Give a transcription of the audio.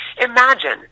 Imagine